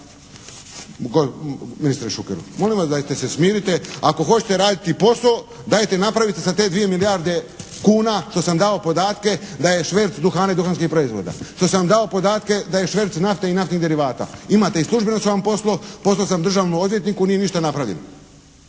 Ministre Šukeru, molim vas dajte se smirite. Ako hoćete raditi posao, dajte napravite sad te 2 milijarde kuna što sam dao podatke da je šverc duhana i duhanskih proizvoda. Što sam vam dao podatke da je šverc nafte i naftnih derivata. Imate ih, službeno sam vam poslao, poslao sam državnom odvjetniku, nije ništa napravljeno.